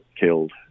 killed